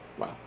Wow